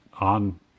on